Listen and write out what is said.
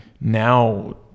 now